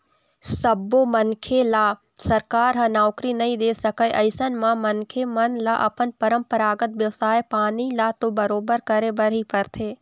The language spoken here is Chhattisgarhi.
सब्बो मनखे ल सरकार ह नउकरी नइ दे सकय अइसन म मनखे मन ल अपन परपंरागत बेवसाय पानी ल तो बरोबर करे बर ही परथे